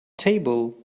table